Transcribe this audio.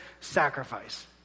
sacrifice